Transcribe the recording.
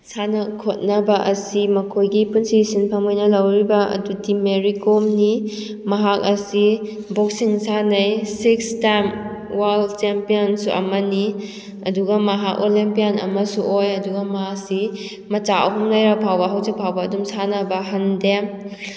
ꯁꯥꯟꯅ ꯈꯣꯠꯅꯕ ꯑꯁꯤ ꯃꯈꯣꯏꯒꯤ ꯄꯨꯟꯁꯤ ꯁꯤꯟꯐꯝ ꯑꯣꯏꯅ ꯂꯧꯔꯤꯕ ꯑꯗꯨꯗꯤ ꯃꯦꯔꯤ ꯀꯣꯝꯅꯤ ꯃꯍꯥꯛ ꯑꯁꯤ ꯕꯣꯛꯁꯤꯡ ꯁꯥꯟꯅꯩ ꯁꯤꯛꯁ ꯇꯥꯏꯝ ꯋꯥꯔꯜ ꯆꯦꯝꯄꯤꯌꯟꯁꯨ ꯑꯃꯅꯤ ꯑꯗꯨꯒ ꯃꯍꯥꯛ ꯑꯣꯂꯦꯝꯄꯤꯌꯥꯟ ꯑꯃꯁꯨ ꯑꯣꯏ ꯑꯗꯨꯒ ꯃꯥꯁꯤ ꯃꯆꯥ ꯑꯍꯨꯝ ꯂꯩꯔꯐꯥꯎꯕ ꯍꯧꯖꯤꯛ ꯐꯥꯎꯕ ꯑꯗꯨꯝ ꯁꯥꯟꯅꯕ ꯍꯟꯗꯦ